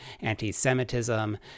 anti-Semitism